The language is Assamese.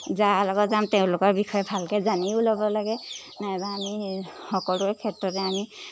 যাৰ লগত যাম তেওঁলোকৰ বিষয়ে ভালকৈ জানিও ল'ব লাগে নাইবা আমি সকলোৰে ক্ষেত্ৰতে আমি